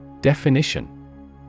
Definition